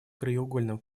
краеугольным